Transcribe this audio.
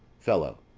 fellow.